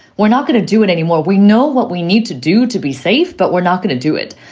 we're not going to do it anymore. we know what we need to do to be safe, but we're not going to do it.